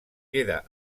queda